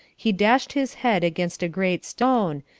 he dashed his head against a great stone,